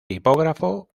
tipógrafo